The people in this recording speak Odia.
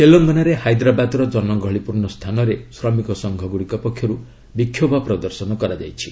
ତେଲଙ୍ଗନାରେ ହାଇଦ୍ରାବାଦର ଜନଗହଳିପୂର୍ଣ୍ଣ ସ୍ଥାନରେ ଶ୍ରମିକ ସଂଘଗୁଡ଼ିକ ପକ୍ଷରୁ ବିକ୍ଷୋଭ ପ୍ରଦର୍ଶନ କରାଯାଇଛି